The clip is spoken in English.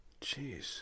Jeez